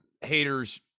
Haters